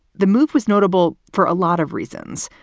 the move was notable for a lot of reasons.